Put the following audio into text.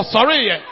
Sorry